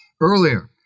earlier